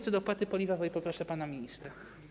Co do opłaty paliwowej - poproszę pana ministra.